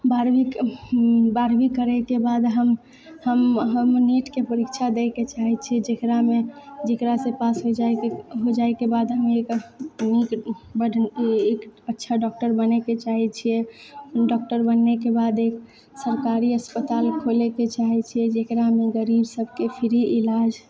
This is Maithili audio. बारहवीं बारहवीं करैके बाद हम हम हम नीटके परीक्षा दै के चाहै छियै जेकरामे जेकरासँ पास हो जाइके हो जाइके बाद हम एक नीक बड एक अच्छा डॉक्टर बनैके चाहै छियै डॉक्टर बनैके बाद एक सरकारी अस्पताल खोलैके चाहै छियै जेकरामे गरीब सबके फ्री ईलाज